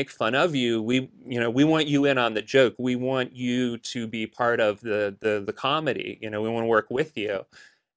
make fun of you we you know we want you in on the joke we want you to be part of the comedy you know we want to work with the